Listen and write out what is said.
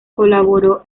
colaboró